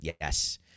yes